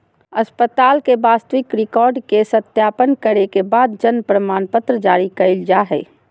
अस्पताल के वास्तविक रिकार्ड के सत्यापन करे के बाद जन्म प्रमाणपत्र जारी कइल जा हइ